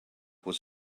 was